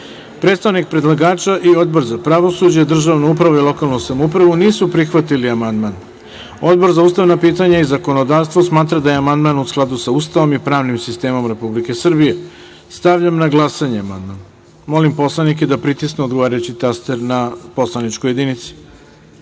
Bajrami. Predstavnik predlagača i Odbor za pravosuđe, državnu upravu i lokalnu samoupravu nisu prihvatili amandman. Odbor za ustavna pitanja i zakonodavstvo smatra da je amandman u skladu sa Ustavom i pravnim sistemom Republike Srbije. Stavljam na glasanje ovaj amandman. Molim poslanike da pritisnu odgovarajući taster na poslaničkoj jedinici. Glasalo